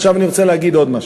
עכשיו אני רוצה להגיד עוד משהו: